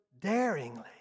daringly